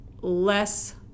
less